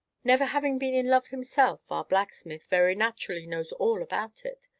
never having been in love himself, our blacksmith, very naturally, knows all about it!